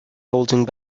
holding